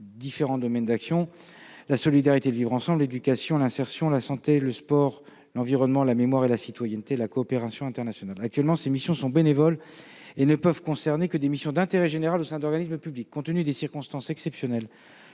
différents domaines d'action : la solidarité, le vivre ensemble, l'éducation, l'insertion, la santé, le sport, l'environnement, la mémoire et la citoyenneté, la coopération internationale. Actuellement, ces missions sont bénévoles et ne peuvent concerner que des activités d'intérêt général au sein d'organismes publics. Compte tenu des circonstances exceptionnelles